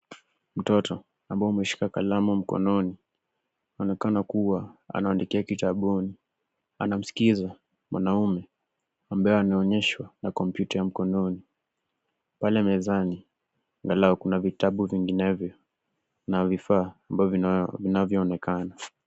Mtoto, ameshika kalamu mkononi. Anaonekana kuwa anamwandikia kitabuni. Anamsikiliza mwanamume ambaye anaonyesha jambo kwa kutumia kompyuta ya mkononi. Pale mezani, kuna vitabu vinginevyo na vifaa mbalimbali vinavyoonekana.